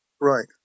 Right